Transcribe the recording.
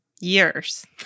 years